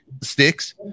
sticks